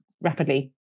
rapidly